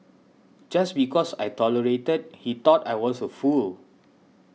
just because I tolerated he thought I was a fool